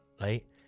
right